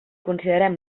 considerem